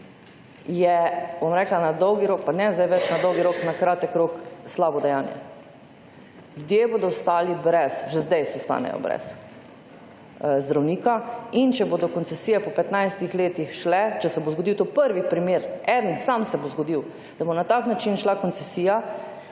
je, bom rekla, na dolgi rok, pa ne sedaj več na dolg rok, na kratek rok slabo dejanja. Ljudje bodo ostali brez. Že sedaj ostanejo brez zdravnika. In če bodo koncesije po 15 letih šle, če se bo zgodil to prvi primer, en sam se bo zgodil, da bo na tak način šla koncesija,